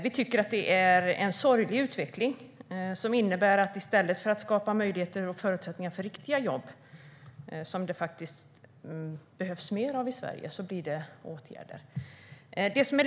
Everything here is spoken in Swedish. Vi tycker att det är en sorglig utveckling som innebär att i stället för att skapa möjligheter och förutsättningar för riktiga jobb, som det faktiskt behövs mer av i Sverige, blir det åtgärder.